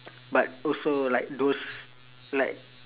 but also like those like